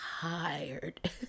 tired